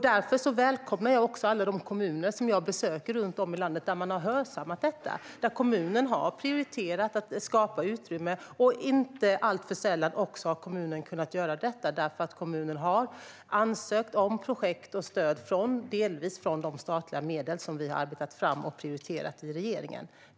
Jag välkomnar därför att man i kommuner som jag besöker runt om i landet har hörsammat detta och prioriterat att skapa utrymme. Inte alltför sällan har kommuner kunnat göra det därför att de har ansökt om projekt och stöd delvis från de statliga medel som vi har arbetat fram och prioriterat i regeringen.